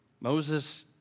Moses